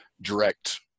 direct